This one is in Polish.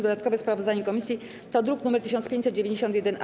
Dodatkowe sprawozdanie komisji to druk nr 1591-A.